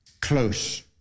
close